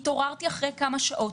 התעוררתי אחרי כמה שעות.